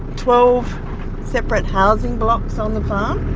twelve separate housing blocks on the farm,